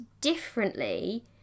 differently